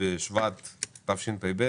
היום יום שלישי, ל' בשבט התשפ"ב